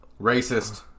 Racist